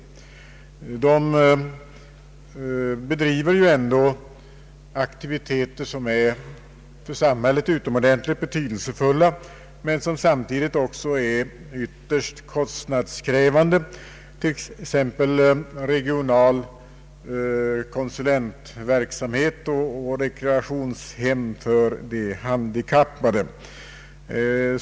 De handikappades riksförbund bedriver ju ändå aktiviteter som för samhället är utomordentligt betydelsefulla, men som samtidigt också är ytterst kostnadskrävande, t.ex. regional konsulentverksamhet och rekreationshem för de handikappade.